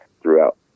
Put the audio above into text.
throughout